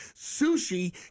sushi